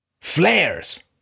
flares